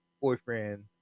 boyfriend